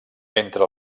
entre